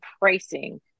pricing